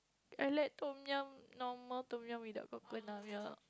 I like Tom-yum normal Tom-yum without coconut milk